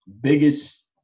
biggest